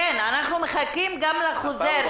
כן, אנחנו מחכים לחוזר.